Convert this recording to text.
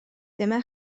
dyma